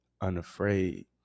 unafraid